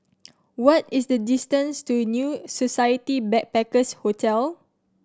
what is the distance to New Society Backpackers' Hotel